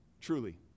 Truly